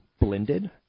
blended